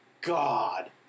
god